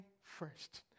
first